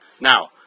Now